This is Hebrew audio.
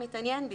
מתעניין בי.